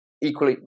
equally